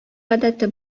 гадәте